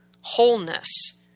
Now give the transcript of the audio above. wholeness